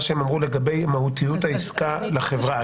שהם אמרו לגבי מהותיות העסקה לחברה.